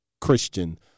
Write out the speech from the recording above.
Christian